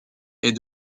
est